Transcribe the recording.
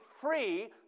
free